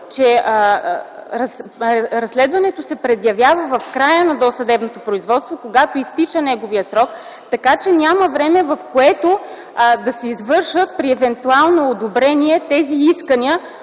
че разследването се предявява в края на досъдебното производство, когато изтича неговият срок, така че няма време, в което да се извършат при евентуално одобрение тези искания,